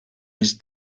his